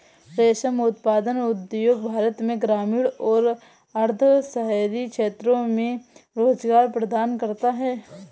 रेशम उत्पादन उद्योग भारत में ग्रामीण और अर्ध शहरी क्षेत्रों में रोजगार प्रदान करता है